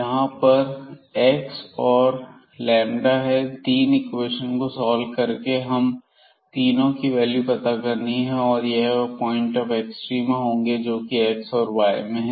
यहां पर x y और है इन तीन इक्वेशन को सॉल्व करके हमें इन तीनों की वैल्यू पता करनी है और तब वह पॉइंट ऑफ एक्सट्रीमा होंगे जोकि एक्स और वाई में हैं